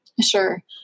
Sure